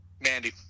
Mandy